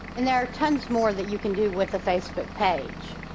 and there are tons more that you can do with a facebook page.